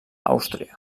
àustria